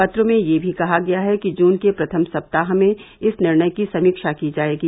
पत्र में यह भी कहा गया है कि जून के प्रथम सप्ताह में इस निर्णय की समीक्षा की जाएगी